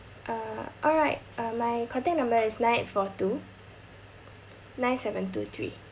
uh alright uh my contact number is nine eight four two nine seven two three